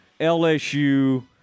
LSU